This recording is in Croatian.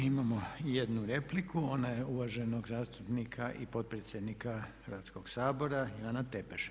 Imamo jednu repliku ona je uvaženog zastupnika i potpredsjednika Hrvatskog sabora Ivana Tepeša.